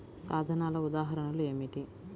సాధనాల ఉదాహరణలు ఏమిటీ?